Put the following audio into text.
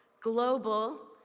global,